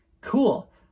Cool